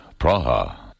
Praha